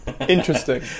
interesting